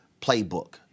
playbook